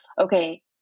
okay